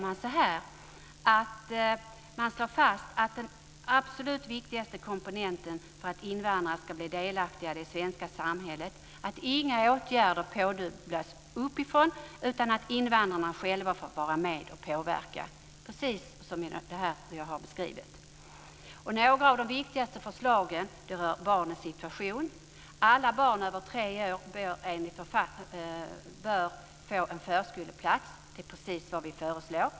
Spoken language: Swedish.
Man slår fast att den absolut viktigaste komponenten för att invandrare ska bli delaktiga i det svenska samhället är att inga åtgärder pådyvlas uppifrån utan att invandrarna själva får vara med och påverka, precis som jag har beskrivit. Några av de viktigaste förslagen rör barnens situation. Alla barn över tre år bör få en förskoleplats - det är precis vad vi föreslår.